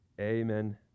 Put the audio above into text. Amen